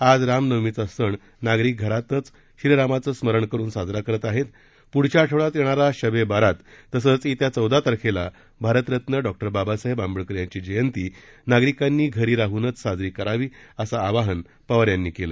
आज रामनवमीचा सण नागरिक घरातच श्रीरामाचं स्मरण करून साजरा करत आहेत पुढच्या आठवड्यात येणारा शब ए बारात तसंच येत्या चौदा तारखेला भारतरत्न डॉ बाबासाहेब आंबेडकर यांची जयंती नागरिकांनी घरी राहूनच साजरी करावी असं आवाहन पवार यांनी केलं